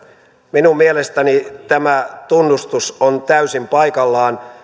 minun mielestäni tämä tunnustus on täysin paikallaan